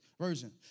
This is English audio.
Version